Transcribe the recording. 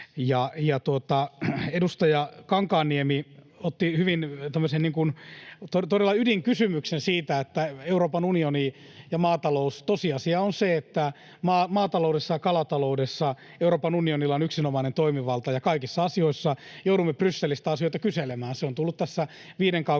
edustaja Kankaanniemi esitti hyvin tämmöisen todella ydinkysymyksen siitä, että Euroopan unioni ja maatalous... Tosiasia on se, että maataloudessa ja kalataloudessa Euroopan unionilla on yksinomainen toimivalta ja kaikissa asioissa joudumme Brysselistä asioita kyselemään. Se on tullut tässä viiden kuukauden